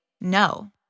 no